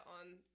on